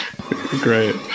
Great